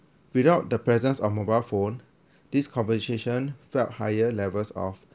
without the presence of mobile phone this conversation felt higher levels of